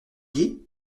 dit